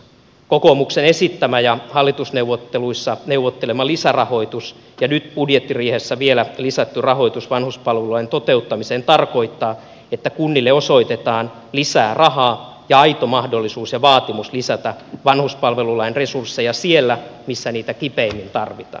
kokoomuksen esittämä ja hallitusneuvotteluissa neuvottelema lisärahoitus ja nyt budjettiriihessä vielä lisätty rahoitus vanhuspalvelulain toteuttamiseen tarkoittaa että kunnille osoitetaan lisää rahaa ja aito mahdollisuus ja vaatimus lisätä vanhuspalvelulain resursseja sinne missä niitä kipeimmin tarvitaan